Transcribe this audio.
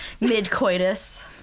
Mid-coitus